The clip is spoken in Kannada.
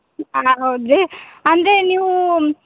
ಹೌದ್ ರೀ ಅಂದರೆ ನೀವೂ